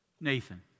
Nathan